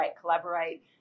collaborate